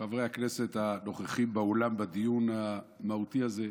חברי הכנסת הנוכחים באולם בדיון המהותי הזה,